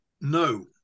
No